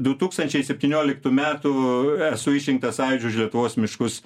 du tūkstančiai septynioliktų metų esu išrinktas sąjūdžio už lietuvos miškus